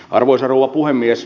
arvoisa rouva puhemies